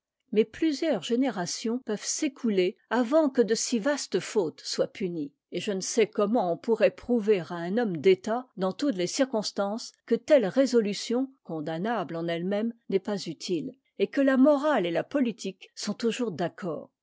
mais plusieurs générations peuvent s'éconter avant que de si vastes fautes soient punies et je ne sais comment on pourrait prouver à un homme d'état dans toutes les circonstances que telle réso ution condamnable en eue même n'est pas utile et que la morale et la politique sont toujours d'accord